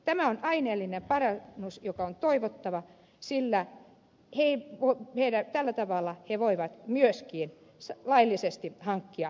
tämä on aineellinen parannus joka on toivottava sillä tällä tavalla he voivat myöskin laillisesti hankkia elantonsa